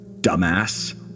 dumbass